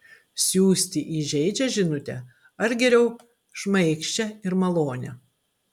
siųsti įžeidžią žinutę ar geriau šmaikščią ir malonią